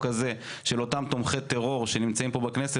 הזה של אותם תומכי טרור שנמצאים פה בכנסת,